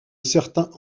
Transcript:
certains